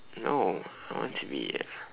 no I want to be